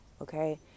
okay